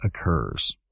occurs